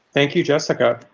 thank you, jessica.